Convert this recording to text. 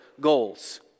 goals